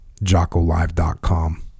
JockoLive.com